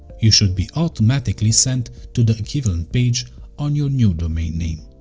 you should be automatically sent to the equivalent page on your new domain name.